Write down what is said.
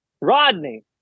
Rodney